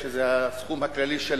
זה הסכום הכללי של